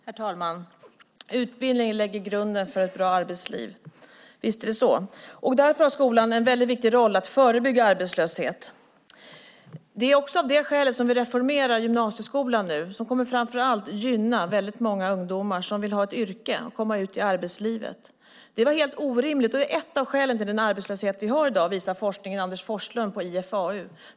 Herr talman! Utbildning lägger grunden för ett bra arbetsliv; visst är det så. Därför har skolan en väldigt viktig roll när det gäller att förebygga arbetslöshet. Det är också av det skälet som vi nu reformerar gymnasieskolan. Det kommer framför allt att gynna väldigt många ungdomar som vill ha ett yrke och som vill komma ut i arbetslivet. Tidigare var det helt orimligt. Det är ett av skälen till den arbetslöshet som vi i dag har. Det visar forskningen och Anders Forslund på IFAU.